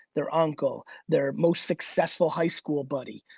their uncle their most successful high school buddy.